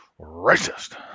Racist